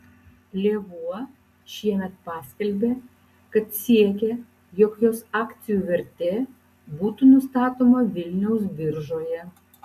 lėvuo šiemet paskelbė kad siekia jog jos akcijų vertė būtų nustatoma vilniaus biržoje